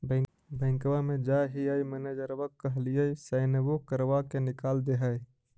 बैंकवा मे जाहिऐ मैनेजरवा कहहिऐ सैनवो करवा के निकाल देहै?